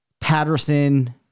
Patterson